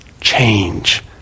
change